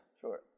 Sure